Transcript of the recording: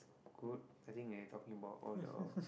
good I think they talking about all the